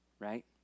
Right